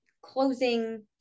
closing